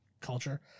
culture